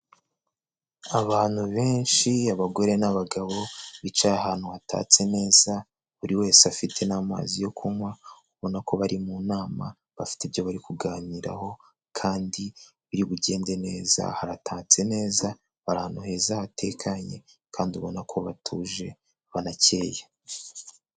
Abantu benshi abagore n'abagabo, bicaye ahantu hatatse neza, buri wese afite n'amazi yo kunywa, ubona ko bari mu nama, bafite ibyo bari kuganiraho kandi biri bugende neza, haratatse neza bari ahantu heza hatekanye kandi ubona ko batuje banakeye.